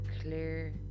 clear